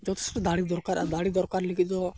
ᱡᱚᱛᱷᱮᱥᱴᱚ ᱫᱟᱲᱮ ᱫᱚᱨᱠᱟᱨ ᱟᱨ ᱫᱟᱲᱮ ᱫᱚᱨᱠᱟᱨ ᱞᱟᱹᱜᱤᱫ ᱫᱚ